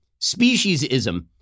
speciesism